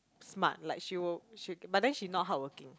smart like she will she'll but then she know hardworking